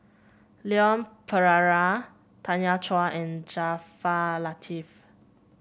Leon Perera Tanya Chua and Jaafar Latiff